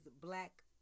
black